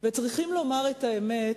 צריכים לומר את האמת: